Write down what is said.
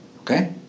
okay